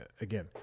again